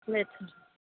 లేదు సార్